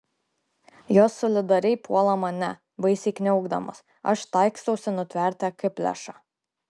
jos solidariai puola mane baisiai kniaukdamos aš taikstausi nutverti akiplėšą